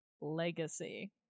legacy